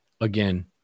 again